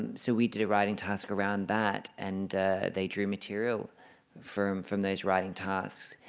so we did a writing task around that and they drew material from from those writing tasks.